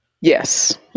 Yes